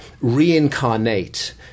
reincarnate